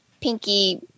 Pinky